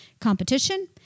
competition